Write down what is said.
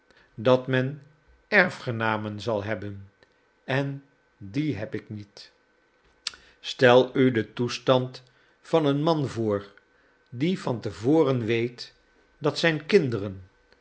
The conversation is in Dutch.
dat men erfgenamen zal hebben en die heb ik niet stel u den toestand van een man voor die van te voren weet dat zijn kinderen